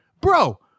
bro